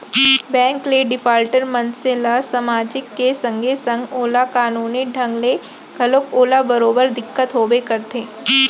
bank ले defaulter मनसे ल समाजिक के संगे संग ओला कानूनी ढंग ले घलोक ओला बरोबर दिक्कत होबे करथे